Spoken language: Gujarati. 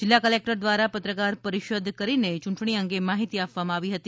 જીલ્લા કલેકટર દ્વારા પત્રકાર પરિષદ કરીને ચુંટણી અંગે માહિતી આપવામાં આવી હતી